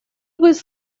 was